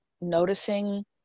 noticing